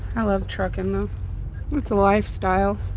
i love trucking though. it's a lifestyle.